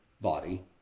body